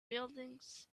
buildings